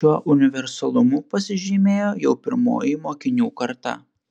šiuo universalumu pasižymėjo jau pirmoji mokinių karta